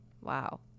Wow